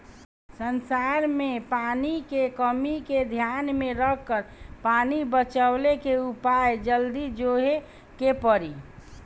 संसार में पानी के कमी के ध्यान में रखकर पानी बचवले के उपाय जल्दी जोहे के पड़ी